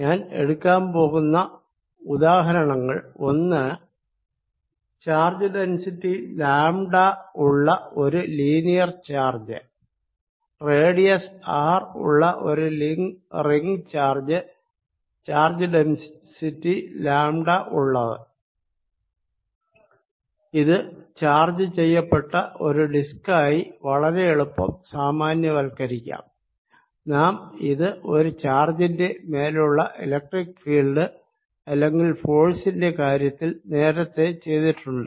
ഞാൻ എടുക്കാൻ പോകുന്ന ഉദാഹരണങ്ങൾ ഒന്ന് ചാർജ് ഡെന്സിറ്റി ലാംടാ ഉള്ള ഒരു ലീനിയർ ചാർജ് രണ്ട് ചാർജ് ഡെന്സിറ്റി ലാംടാ ഉള്ള റേഡിയസ് r ഉള്ള ഒരു റിങ് ചാർജ് ഇത് ഒരു ചാർജ് ചെയ്യപ്പെട്ട ഡിസ്ക് ആയി വളരെ എളുപ്പം സാമാന്യവൽക്കരിക്കാം നാം ഇത് ഒരു ചാർജിന്റെ മേലുള്ള ഇലക്ട്രിക്ക് ഫീൽഡ് അല്ലെങ്കിൽ ഫോഴ്സിന്റെ കാര്യത്തിൽ നേരത്തെ ചെയ്തിട്ടുണ്ട്